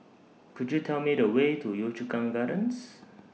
Could YOU Tell Me The Way to Yio Chu Kang Gardens